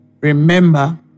Remember